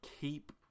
keep